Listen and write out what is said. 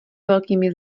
velkými